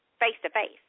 face-to-face